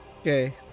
Okay